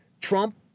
Trump